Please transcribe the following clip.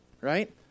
right